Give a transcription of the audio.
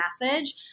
message